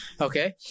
Okay